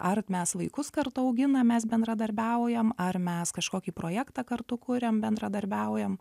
ar mes vaikus kartu auginam mes bendradarbiaujam ar mes kažkokį projektą kartu kuriam bendradarbiaujam